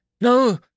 No